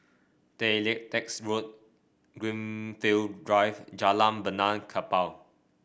Tay Lian Teck Road Greenfield Drive Jalan Benaan Kapal